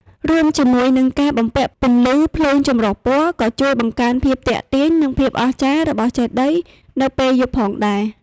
រួមជាមួយនឹង ការបំពាក់ពន្លឺភ្លើងចម្រុះពណ៌ ក៏ជួយបង្កើនភាពទាក់ទាញ និងភាពអស្ចារ្យរបស់ចេតិយនៅពេលយប់ផងដែរ។